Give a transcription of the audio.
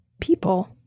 people